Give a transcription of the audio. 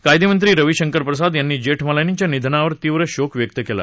कायदेमंत्री रवी शंकर प्रसाद यांनी जेठमलानींच्या निधनावर तीव्र शोक व्यक्त केला